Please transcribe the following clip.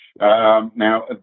Now